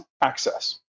access